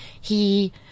He-